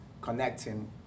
connecting